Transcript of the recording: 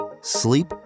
sleep